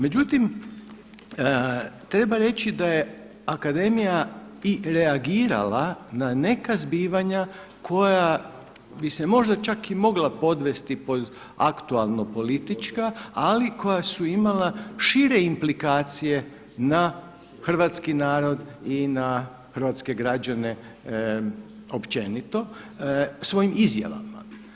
Međutim, treba reći da je akademija i reagirala na neka zbivanja koja bi se možda čak i mogla podvesti pod aktualno politička ali koja su imala šire implikacije na hrvatski narod i na hrvatske građane općenito svojim izjavama.